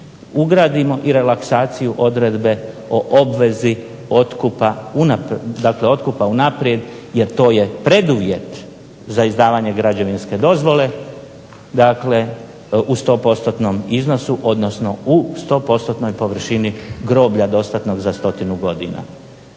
ugradimo i relaksaciju odredbe o obvezi otkupa unaprijed jer to je preduvjet za izdavanje građevinske dozvole u 100%-tnom iznosu odnosno u 100%-tnoj površini groblja dostatnog za 100 godina.